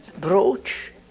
brooch